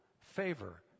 favor